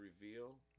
reveal